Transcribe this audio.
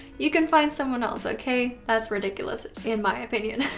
you can find someone else, okay that's ridiculous in my opinion.